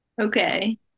okay